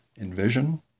envision